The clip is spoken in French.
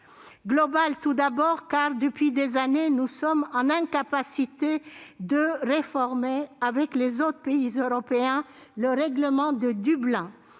Globale, tout d'abord, car cela fait des années que nous sommes incapables de réformer, avec les autres pays européens, le règlement de Dublin